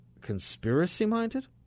Conspiracy-minded